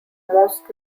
most